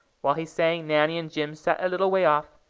while he sang, nanny and jim sat a little way off,